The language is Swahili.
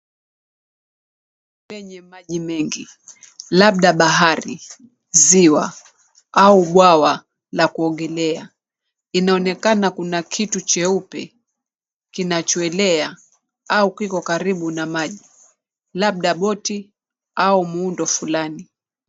Lenye maji mengi labda bahari, ziwa au bwawa la kuogelea. Inaonekana kuna kitu cheupe kinachoelea au kiko karibu na maji labda boti au muundo fulani.